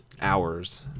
hours